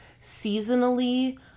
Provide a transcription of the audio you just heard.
seasonally